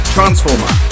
Transformer